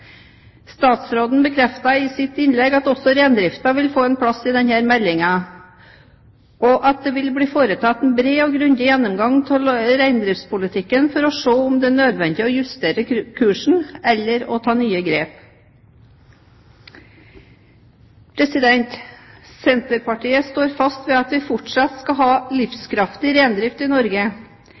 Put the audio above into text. Statsråden bekreftet i sitt innlegg at også reindriften vil få en plass i denne meldingen, og at det vil bli foretatt en bred og grundig gjennomgang av reindriftspolitikken for å se om det er nødvendig å justere kursen eller ta nye grep. Senterpartiet står fast ved at vi fortsatt skal ha livskraftig reindrift i Norge,